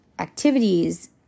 activities